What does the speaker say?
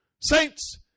Saints